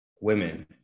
women